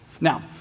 Now